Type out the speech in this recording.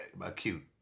acute